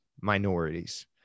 minorities